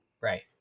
Right